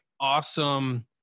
awesome